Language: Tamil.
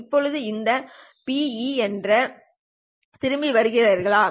இப்போது இந்த Pe என்ன என்று திரும்பி வருகிறீர்களா